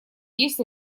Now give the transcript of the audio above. есть